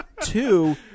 Two